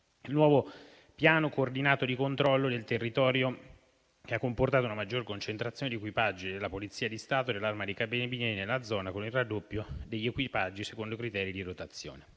il nuovo piano coordinato di controllo del territorio, che ha comportato una maggiore concentrazione degli equipaggi della Polizia di Stato e dell'Arma dei carabinieri nella zona, con un raddoppio degli equipaggi secondo criteri di rotazione.